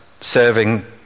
serving